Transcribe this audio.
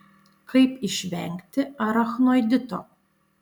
kaip išvengti arachnoidito